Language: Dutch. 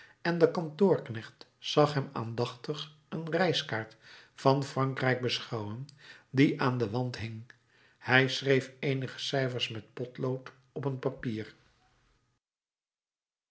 en de kantoorknecht zag hem aandachtig een reiskaart van frankrijk beschouwen die aan den wand hing hij schreef eenige cijfers met potlood op een papier